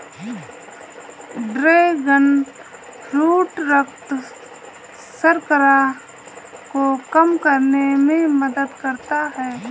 dragon fruit रक्त शर्करा को कम करने में मदद करता है